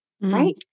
right